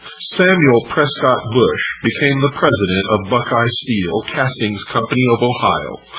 samuel prescott bush, became the president of buckeye steel castings company of ohio.